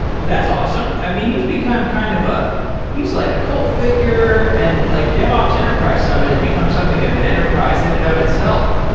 that's awesome. i mean, he has become kind of a he's like a cult figure, and like devops enterprise summit has become something of an enterprise in and of itself.